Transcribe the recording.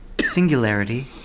Singularity